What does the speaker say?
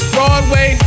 Broadway